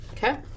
Okay